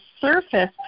surface